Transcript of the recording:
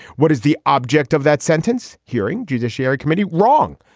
what is the object of that sentence hearing? judiciary committee. wrong?